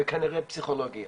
וכנראה פסיכולוגי.